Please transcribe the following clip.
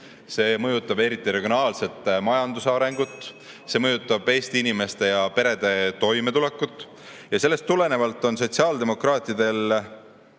See mõjutab eriti regionaalset majanduse arengut, aga see mõjutab Eesti inimeste ja perede toimetulekut. Sellest tulenevalt on sotsiaaldemokraatidel